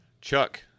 Chuck